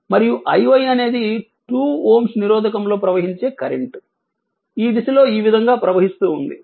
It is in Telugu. మరియు iy అనేది 2Ω నిరోధకం లో ప్రవహించే కరెంట్ ఈ దిశలో ఈ విధంగా ప్రవహిస్తూ ఉంది